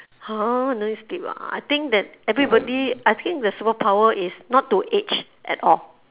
!huh! no need to skip ah I think that everybody I think the superpower is not to age at all